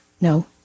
No